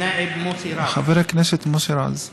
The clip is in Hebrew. חבר הכנסת מוסי רז.